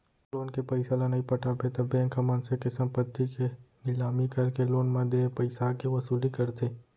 loan के पइसा ल नइ पटाबे त बेंक ह मनसे के संपत्ति के निलामी करके लोन म देय पइसाके वसूली करथे